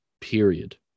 period